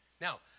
Now